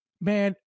man